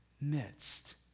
midst